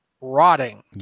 rotting